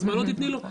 אז מה לא תתני לו?".